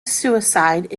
suicide